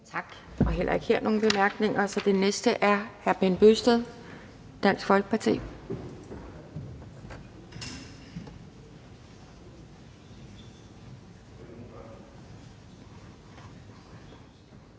Der er heller ikke her nogen bemærkninger, så den næste er hr. Bent Bøgsted, Dansk Folkeparti.